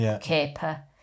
caper